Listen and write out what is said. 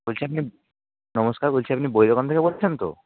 বলছি আপনি নমস্কার বলছি আপনি বই দোকান থেকে বলছেন তো